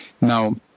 now